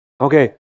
Okay